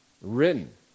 written